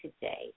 today